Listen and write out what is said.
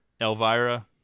Elvira